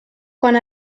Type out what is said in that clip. quan